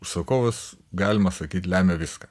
užsakovas galima sakyt lemia viską